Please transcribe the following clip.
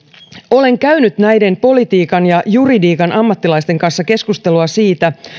olen käynyt näiden politiikan ja juridiikan ammattilaisten kanssa keskustelua siitä